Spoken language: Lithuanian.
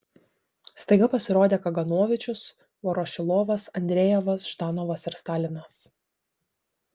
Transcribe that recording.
staiga pasirodė kaganovičius vorošilovas andrejevas ždanovas ir stalinas